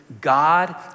God